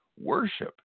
worship